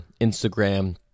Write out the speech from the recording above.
Instagram